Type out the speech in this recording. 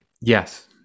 yes